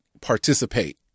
participate